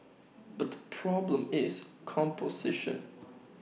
but the problem is composition